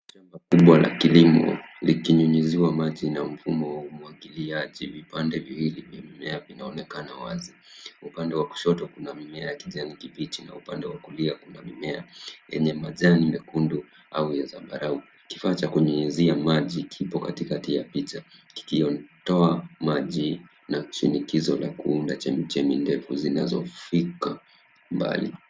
Shamba kubwa la kilimo likinyunyiziwa maji na mfumo wa umwagiliaji. Vipande viwili vya mimea vinaonekana wazi. Upande wa kushoto kuna mimea ya kijani kibichi na upande wa kulia kuna mimea yenye majani mekundu au ya zambarau. Kifaa cha kunyunyizia maji kipo katikati ya picha kikitoa maji na shinikizo la kuundo chemichemi ndefu zinazofika mbali.